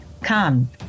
Come